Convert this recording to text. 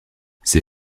ces